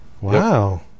Wow